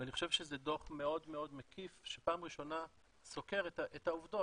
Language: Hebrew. ואני חושב שזה דו"ח מאוד מקיף שפעם ראשונה סוקר את העובדות,